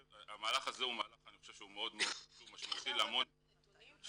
המהלך הזה אני חושב שהוא מאוד חשוב- -- אפשר לקבל את הנתונים?